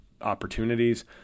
opportunities